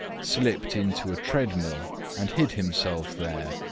slipped into a treadmill and hid himself there.